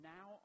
Now